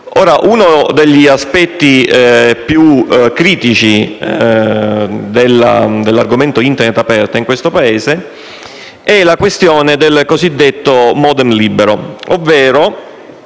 Ora, uno degli aspetti più critici dell'argomento Internet aperta in questo Paese è la questione del cosiddetto *modem* libero, ovvero